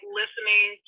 listening